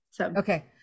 Okay